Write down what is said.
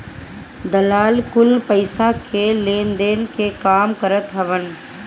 दलाल कुल पईसा के लेनदेन के काम करत हवन